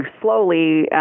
slowly